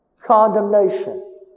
condemnation